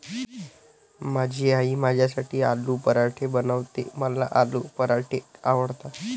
माझी आई माझ्यासाठी आलू पराठे बनवते, मला आलू पराठे आवडतात